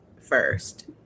first